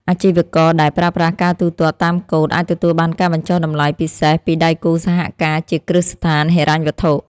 អាជីវករដែលប្រើប្រាស់ការទូទាត់តាមកូដអាចទទួលបានការបញ្ចុះតម្លៃពិសេសពីដៃគូសហការជាគ្រឹះស្ថានហិរញ្ញវត្ថុ។